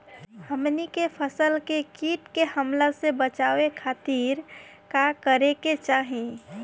हमनी के फसल के कीट के हमला से बचावे खातिर का करे के चाहीं?